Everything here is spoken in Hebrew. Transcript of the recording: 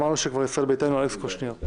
אמרנו שמישראל ביתנו אלכס קושניר.